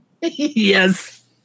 Yes